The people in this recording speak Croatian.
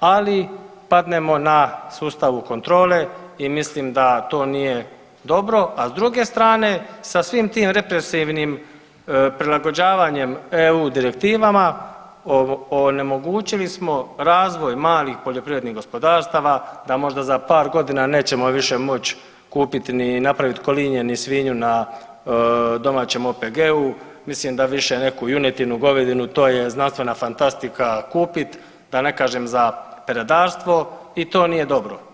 ali padnemo na sustavu kontrole i mislim da to nije dobro, a s druge strane sa svim tim represivnim prilagođavanjem eu direktivama onemogućili smo razvoj malih poljoprivrednih gospodarstava da možda za par godina nećemo više moć kupit ni napravit kolinje ni svinju na domaćem OPG-u, mislim da više neku junetinu, govedinu, to je znanstvena fantastika kupit, da ne kažem za peradarstvo i to nije dobro.